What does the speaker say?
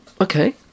okay